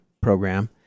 program